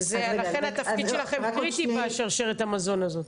לכן התפקיד שלכם קריטי בשרשרת המזון הזאת.